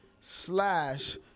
slash